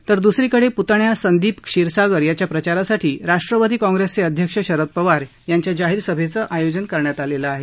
तर द्सरीकडे प्तण्या संदिप क्षीरसागर यांच्या प्रचारासाठी राष्ट्रवादी काँग्रेसचे अध्यक्ष शरद पवार यांच्या जाहीर सभेचं आयोजन करण्यात आले आहे